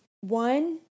one